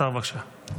השר, בבקשה.